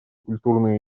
культурные